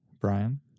Brian